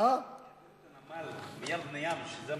העבירו את הנמל, הנמל ההיסטורי,